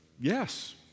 yes